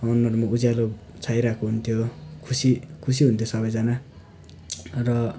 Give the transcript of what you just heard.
अनुहारमा उज्यालो छाइरहेको हुन्थ्यो खुसी खुसी हुन्थ्यो सबैजना र